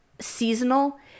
seasonal